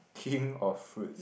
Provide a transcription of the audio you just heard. king of fruits